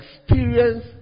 Experience